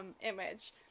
image